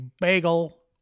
bagel